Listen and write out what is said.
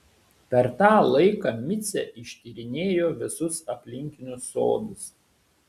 per tą laiką micė ištyrinėjo visus aplinkinius sodus